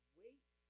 wait